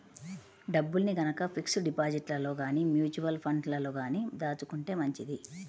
డబ్బుల్ని గనక ఫిక్స్డ్ డిపాజిట్లలో గానీ, మ్యూచువల్ ఫండ్లలో గానీ దాచుకుంటే మంచిది